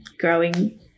growing